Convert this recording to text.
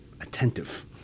attentive